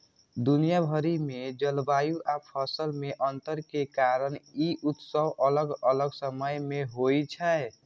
दुनिया भरि मे जलवायु आ फसल मे अंतर के कारण ई उत्सव अलग अलग समय मे होइ छै